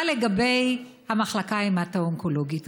אבל לגבי המחלקה ההמטו-אונקולוגית,